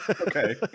Okay